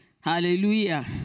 Hallelujah